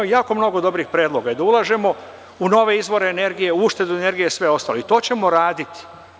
Ima jako mnogo dobrih predloga, da ulažemo u nove izvore energije, ušteda energije i sve ostalo i to ćemo raditi.